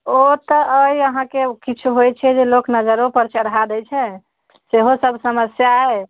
ओ तऽ अइ अहाँकेँ किछु होइत छै जे लोक नजरो पर चढ़ा दैत छै सेहो सब समस्या अइ